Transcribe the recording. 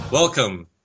Welcome